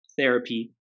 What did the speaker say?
therapy